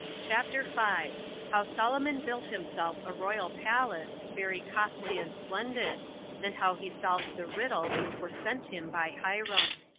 chapter five. how solomon built himself a royal palace, very costly and splendid and how he solved the riddles which were sent him by hiram.